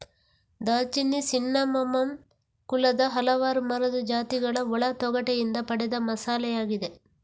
ದಾಲ್ಚಿನ್ನಿ ಸಿನ್ನಮೋಮಮ್ ಕುಲದ ಹಲವಾರು ಮರದ ಜಾತಿಗಳ ಒಳ ತೊಗಟೆಯಿಂದ ಪಡೆದ ಮಸಾಲೆಯಾಗಿದೆ